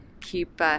keep